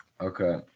okay